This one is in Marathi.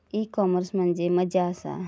ई कॉमर्स म्हणजे मझ्या आसा?